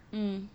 mm